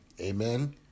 Amen